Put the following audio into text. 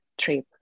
trip